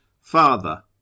Father